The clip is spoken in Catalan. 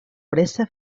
pressa